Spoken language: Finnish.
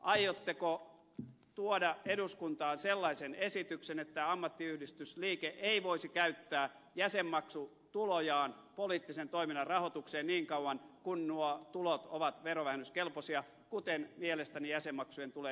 aiotteko tuoda eduskuntaan sellaisen esityksen että ammattiyhdistysliike ei voisi käyttää jäsenmaksutulojaan poliittisen toiminnan rahoitukseen niin kauan kuin nuo tulot ovat verovähennyskelpoisia kuten mielestäni jäsenmaksujen tulee jatkossakin olla